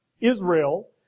Israel